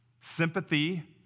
sympathy